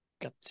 got